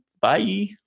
Bye